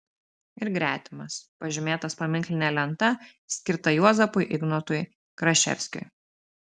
ir gretimas pažymėtas paminkline lenta skirta juozapui ignotui kraševskiui